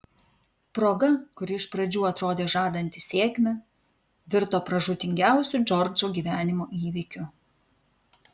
proga kuri iš pradžių atrodė žadanti sėkmę virto pražūtingiausiu džordžo gyvenimo įvykiu